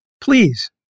please